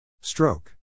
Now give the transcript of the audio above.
stroke